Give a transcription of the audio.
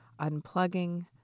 unplugging